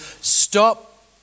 stop